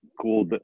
cool